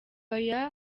aya